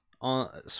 on